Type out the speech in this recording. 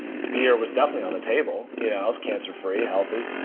beer was definitely on the table, you know i was cancer-free, healthy.